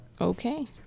Okay